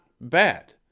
bad